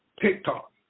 TikTok